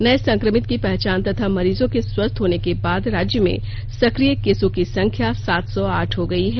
नए संक्रमित की पहचान तथा मरीजों के स्वस्थ होने के बाद राज्य में सक्रिय केसों की संख्या सात सौ आठ हो गई है